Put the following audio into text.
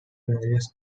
various